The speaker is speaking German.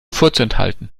vorzuenthalten